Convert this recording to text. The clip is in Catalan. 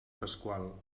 pasqual